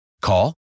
call